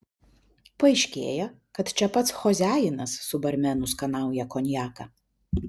paaiškėja kad čia pats choziajinas su barmenu skanauja konjaką